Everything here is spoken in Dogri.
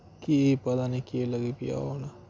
कि पता निं केह् लगी पेआ होना